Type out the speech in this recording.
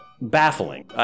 Baffling